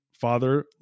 father